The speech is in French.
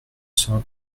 cent